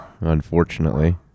unfortunately